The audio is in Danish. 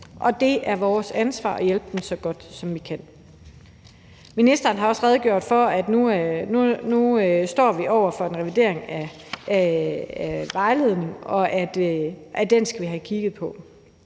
Det er vores ansvar at hjælpe dem så godt, som vi kan. Ministeren har også redegjort for, at vi nu står over for en revidering af vejledningen, og at vi skal have kigget på